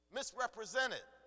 misrepresented